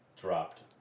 dropped